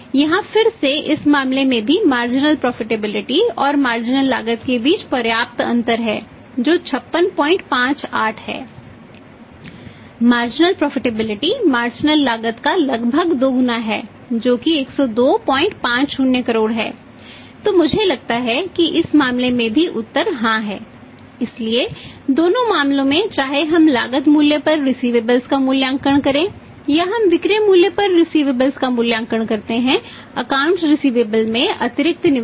यहाँ फिर से इस मामले में भी मार्जिनल प्रोफिटेबिलिटी का अतिरिक्त निवेश